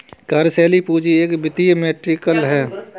कार्यशील पूंजी एक वित्तीय मीट्रिक है